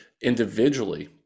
individually